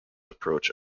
approach